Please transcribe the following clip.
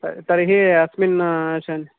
त तर्हि अस्मिन् श